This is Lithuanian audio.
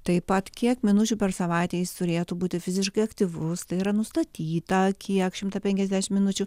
taip pat kiek minučių per savaitę jis turėtų būti fiziškai aktyvus tai yra nustatyta kiek šimtą penkiasdešimt minučių